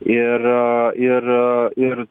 ir ir ir